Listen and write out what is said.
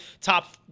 top